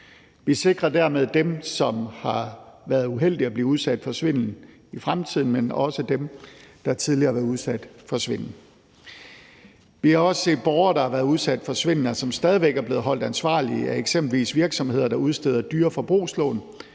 Vi sikrer dermed dem, som er uheldige og bliver udsat for svindel i fremtiden, men også dem, der tidligere har været udsat for svindel. Vi har også set borgere, der har været udsat for svindel, og som stadig væk er blevet holdt ansvarlige af eksempelvis virksomheder, der udsteder dyre forbrugslån,